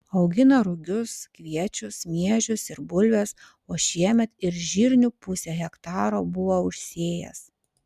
augina rugius kviečius miežius ir bulves o šiemet ir žirnių pusę hektaro buvo užsėjęs